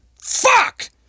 Fuck